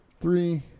Three